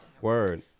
Word